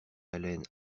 haleine